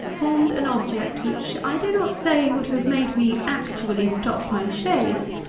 formed an object which i do not say would have made me actually stop my chaise,